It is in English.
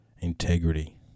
integrity